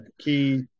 Key